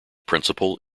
principal